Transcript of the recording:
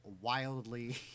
wildly